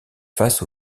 face